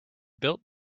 built